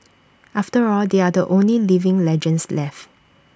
after all they are the only living legends left